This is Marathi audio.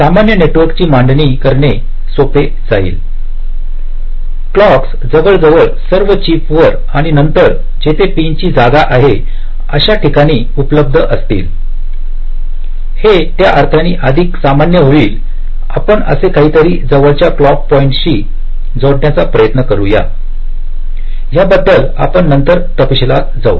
सामान्य नेटवर्क ची मांडणी करणे सोपे जाईल क्लॉकस जवळजवळ सर्व चिप वर आणि नंतर जिथे पिनची जागा आहे अशा ठिकाणी उपलब्ध असतील हे त्या अर्थाने अधिक सामान्य होईलआपण असे काहीतरी जवळच्या क्लॉक पॉईंटशी जोडण्याचा प्रयत्न करूया ह्याबद्दल आपण नंतर तपशीलात जाऊ